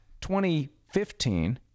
2015